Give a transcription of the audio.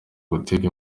gutega